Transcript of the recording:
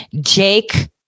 Jake